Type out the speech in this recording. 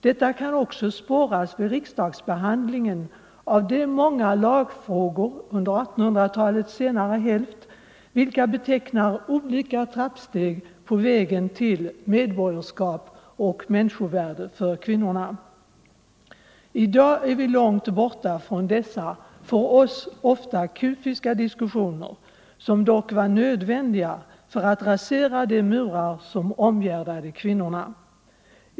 Detta kan också spåras vid riksdagsbehandlingen av de många lagfrågor under 1800 talets senare hälft vilka betecknar olika trappsteg på vägen till medborgarskap och människovärde för kvinnorna. I dag är vi långt borta från dessa för oss ofta kufiska diskussioner, som dock var nödvändiga för att rasera de murar som omgärdade kvinnorna.